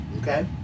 Okay